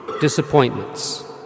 disappointments